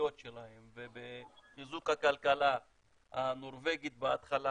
הלאומיות שלהם ובחיזוק הכלכלה הנורבגית בהתחלה